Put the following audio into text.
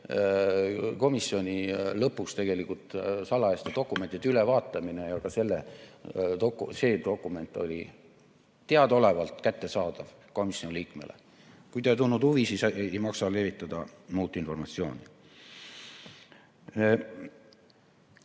komisjoni istungi lõpus salajaste dokumentide ülevaatamine. Ka see dokument oli teadaolevalt kättesaadav komisjoni liikmele. Kui te ei tundnud huvi, siis ei maksa levitada muud informatsiooni.